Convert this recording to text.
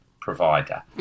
provider